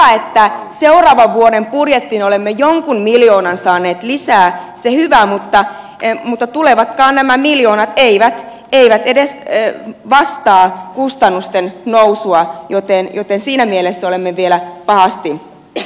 on hyvä että seuraavan vuoden budjettiin olemme jonkun miljoonan saaneet lisää se hyvä mutta nämä tulevatkaan miljoonat eivät edes vastaa kustannusten nousua joten siinä mielessä olemme vielä pahasti tien päällä